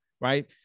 right